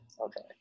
Okay